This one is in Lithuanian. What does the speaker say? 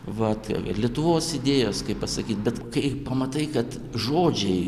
vat lietuvos idėjos kaip pasakyt bet kai pamatai kad žodžiai